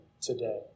today